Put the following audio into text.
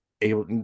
able